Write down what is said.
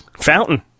Fountain